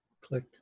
Click